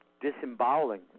disemboweling